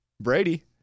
Brady